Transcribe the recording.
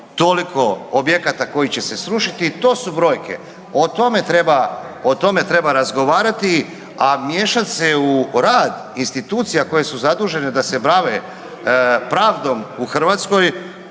toliko objekata koji će se srušiti i to su brojke. O tome treba, o tome treba razgovarati, a miješati se u rad institucija koje su zadužene da se bave pravdom u Hrvatskoj